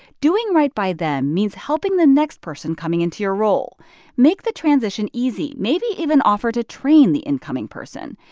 doing right by them means helping the next person coming into your role make the transition easy, maybe even offer to train the incoming person.